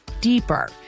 deeper